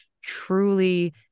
truly